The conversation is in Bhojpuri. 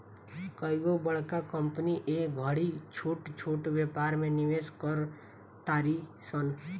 कइगो बड़का कंपनी ए घड़ी छोट छोट व्यापार में निवेश कर तारी सन